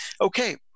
okay